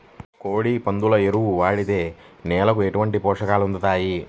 కోడి, పందుల ఎరువు వాడితే నేలకు ఎలాంటి పోషకాలు అందుతాయి